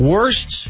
Worst